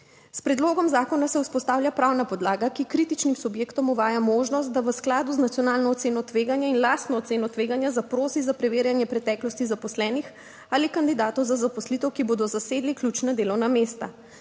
S predlogom zakona se vzpostavlja pravna podlaga, ki kritičnim subjektom uvaja možnost, da v skladu z nacionalno oceno tveganja in lastno oceno tveganja zaprosi za preverjanje preteklosti zaposlenih ali kandidatov za zaposlitev, ki bodo zasedli ključna delovna mesta.